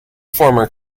former